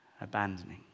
Abandoning